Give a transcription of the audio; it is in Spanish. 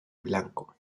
blanco